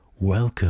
Welcome